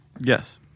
Yes